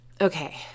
Okay